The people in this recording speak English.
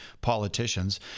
politicians